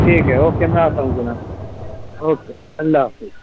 ٹھیک ہے اوکے میں آتا ہوں جناب اوکے اللہ حافظ